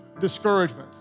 discouragement